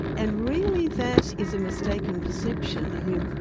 and really that is a mistaken perception. i mean,